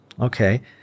Okay